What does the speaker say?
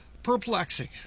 perplexing